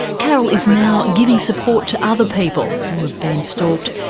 carol is now giving support to other people who have been stalked.